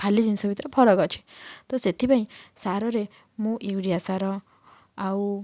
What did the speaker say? ଖାଲି ଜିନଷ ଭିତରେ ଫରକ ଅଛି ତ ସେଥିପାଇଁ ସାରରେ ମୁଁ ୟୁରିଆ ସାର ଆଉ